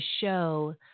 show